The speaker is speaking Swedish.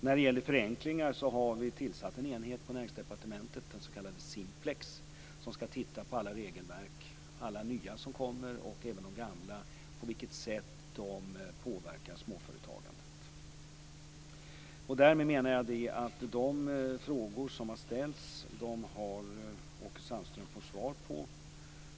När det gäller förenklingar har vi tillsatt en enhet på Näringsdepartementet, den s.k. Simplex, som skall titta på hur alla nya regelverk som kommer, och även de gamla, påverkar småföretagandet. Därmed menar jag att Åke Sandström har fått svar på de frågor som har ställts.